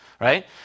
right